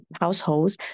households